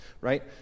right